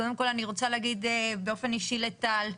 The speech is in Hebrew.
קודם כל אני רוצה להגיד באופן אישי לטל,